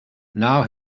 now